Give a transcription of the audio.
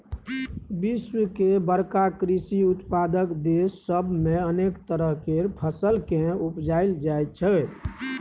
विश्व के बड़का कृषि उत्पादक देस सब मे अनेक तरह केर फसल केँ उपजाएल जाइ छै